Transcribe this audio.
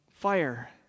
fire